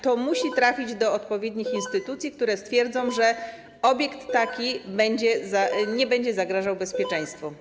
To musi trafić do odpowiednich instytucji, które stwierdzą, że obiekt taki nie będzie zagrażał bezpieczeństwu.